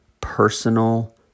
personal